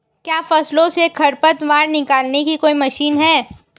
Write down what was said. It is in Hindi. क्या फसलों से खरपतवार निकालने की कोई मशीन है?